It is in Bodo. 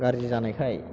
गाज्रि जानायखाय